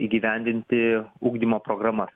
įgyvendinti ugdymo programas